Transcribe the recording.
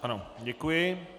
Ano, děkuji.